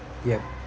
yup